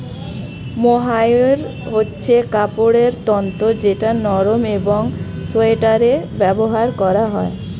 mohair হচ্ছে কাপড়ের তন্তু যেটা নরম একং সোয়াটারে ব্যবহার করা হয়